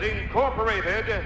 Incorporated